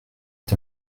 est